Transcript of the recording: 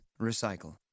Recycle